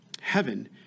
heaven